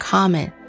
Common